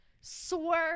swerve